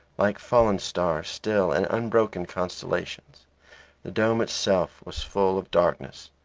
like fallen stars still in unbroken constellations the dome itself was full of darkness.